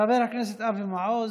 חבר הכנסת אבי מעוז,